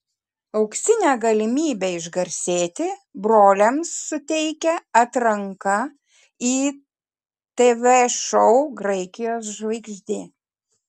auksinę galimybę išgarsėti broliams suteikia atranka į tv šou graikijos žvaigždė